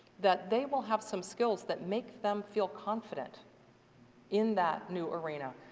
that they will have some skills that make them feel confident in that new arena.